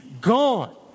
gone